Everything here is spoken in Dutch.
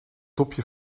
dopje